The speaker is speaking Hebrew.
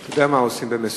אתה יודע מה עושים במסיק,